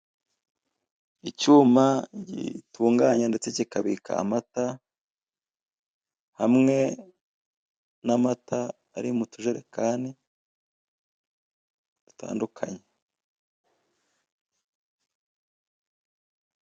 Icyuma gitunganya ndetse kikabika amata hamwe n'amata ari mu tujerekani dutandukanye.